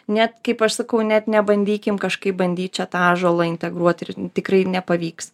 net kaip aš sakau net nebandykim kažkaip bandyt čia tą ąžuolą integruot ir tikrai nepavyks